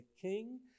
king